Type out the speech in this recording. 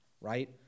right